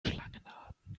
schlangenarten